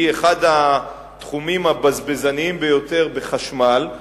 היא אחד התחומים הבזבזניים ביותר בחשמל.